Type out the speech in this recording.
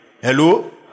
hello